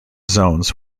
zones